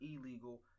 illegal